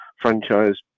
franchise